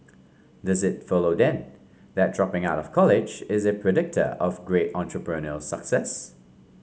does it follow then that dropping out of college is a predictor of great entrepreneurial success